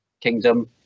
Kingdom